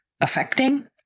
affecting